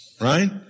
right